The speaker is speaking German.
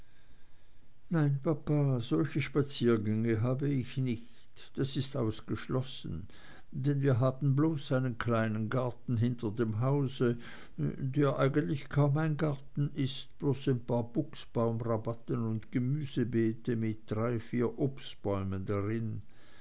nein papa solche spaziergänge habe ich nicht das ist ausgeschlossen denn wir haben bloß einen kleinen garten hinter dem haus der eigentlich kaum ein garten ist bloß ein paar buchsbaumrabatten und gemüsebeete mit drei vier obstbäumen drin